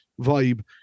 vibe